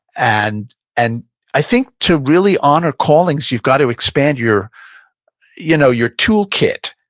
and and i think to really honor callings, you've got to expand your you know your toolkit.